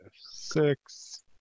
Six